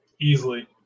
Easily